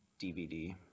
DVD